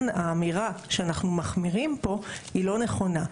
האמירה שאנחנו מחמירים פה היא לא נכונה.